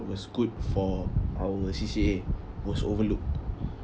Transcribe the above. was good for our C_C_A was overlooked